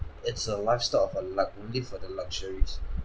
it's a lifestyle for lux~ live for the luxuries